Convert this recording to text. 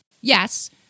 Yes